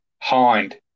Hind